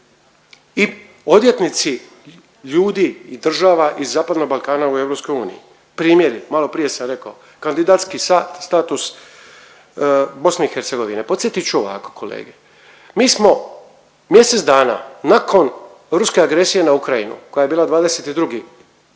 i odvjetnici ljudi i država iz zapadnog Balkana u EU. Primjeri, maloprije sam rekao, kandidatski status BiH. Podsjetit ću ovako, kolege. Mi smo mjesec nakon ruske agresije na Ukrajinu koja je bila 22. veljače,